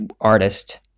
artist